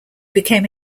became